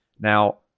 now